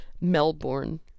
Melbourne